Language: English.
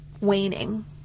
waning